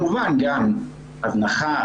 הזנחה,